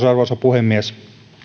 arvoisa puhemies